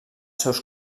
seus